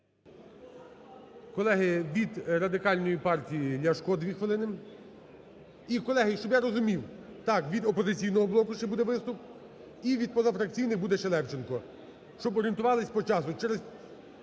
Колеги, від Радикальної партії Ляшко, дві хвилини. І, колеги, щоб я розумів, так, від "Опозиційного блоку" ще буде виступ і від позафракційних буде ще Левченко, щоб орієнтувалися по часу.